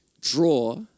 draw